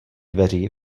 dveří